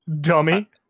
dummy